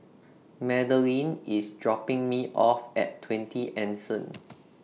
Madelene IS dropping Me off At twenty Anson